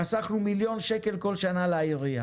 חסכנו לעירייה מיליון שקלים כל שנה,